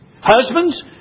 Husbands